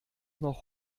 noch